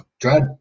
Dread